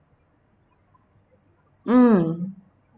mm